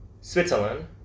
Switzerland